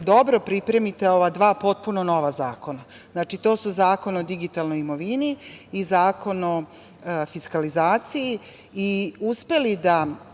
dobro pripremite ova dva potpuno nova zakona. Znači, to su Zakon o digitalnoj imovini i Zakon o fiskalizaciji i uspeli da